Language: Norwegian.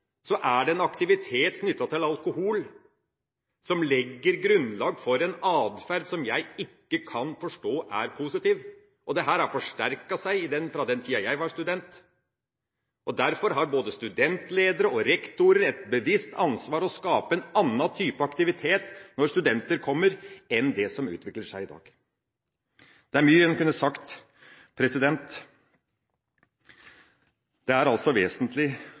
en aktivitet knyttet til alkohol som legger grunnlag for en atferd som jeg ikke kan forstå er positiv. Dette har forsterket seg fra den tida jeg var student. Derfor har både studentledere og rektorer et bevisst ansvar for å skape en annen type aktivitet når studenter kommer, enn det som utvikler seg i dag. Det er mye en kunne sagt. Det er vesentlig